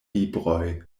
libroj